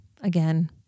Again